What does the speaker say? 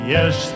Yes